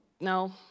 No